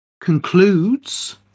concludes